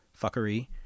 fuckery